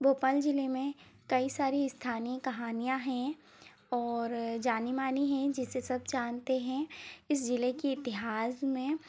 भोपाल जिले में कई सारी स्थानीय कहानी है और जानी मानी हैं जिसे सब जानते हैं इस जिले के इतिहास में